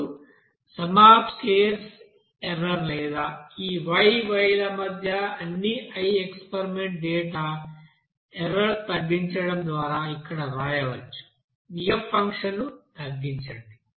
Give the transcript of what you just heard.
ఇప్పుడు sum of square error లేదా ఈ y Y ల మధ్య అన్ని i ఎక్స్పెరిమెంటల్ డేటా ఎర్రర్ తగ్గించడం ద్వారా ఇక్కడ వ్రాయవచ్చు ఈ f ఫంక్షన్ను తగ్గించండి